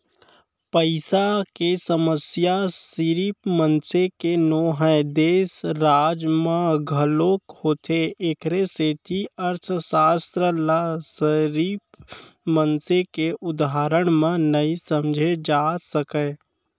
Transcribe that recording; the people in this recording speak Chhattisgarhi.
पइसा के समस्या सिरिफ मनसे के नो हय, देस, राज म घलोक होथे एखरे सेती अर्थसास्त्र ल सिरिफ मनसे के उदाहरन म नइ समझे जा सकय